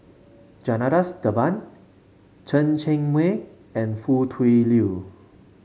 Janadas Devan Chen Cheng Mei and Foo Tui Liew